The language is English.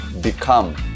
Become